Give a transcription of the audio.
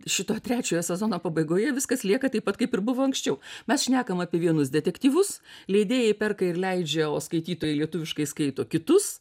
šito trečiojo sezono pabaigoje viskas lieka taip pat kaip ir buvo anksčiau mes šnekam apie vienus detektyvus leidėjai perka ir leidžia o skaitytojai lietuviškai skaito kitus